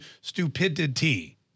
stupidity